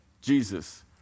Jesus